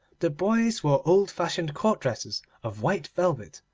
the boys wore old-fashioned court dresses of white velvet,